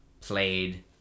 played